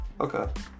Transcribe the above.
okay